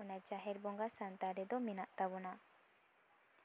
ᱚᱱᱮ ᱡᱟᱦᱮᱨ ᱵᱚᱸᱜᱟ ᱥᱟᱱᱛᱟᱲ ᱨᱮᱫᱚ ᱢᱮᱱᱟᱜ ᱛᱟᱵᱚᱱᱟ